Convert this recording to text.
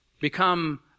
Become